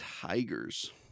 tigers